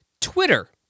Twitter